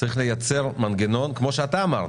לייצר מנגנון, כמו שאתה אמרת.